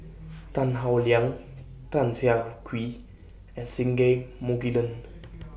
Tan Howe Liang Tan Siah Kwee and Singai Mukilan